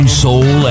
soul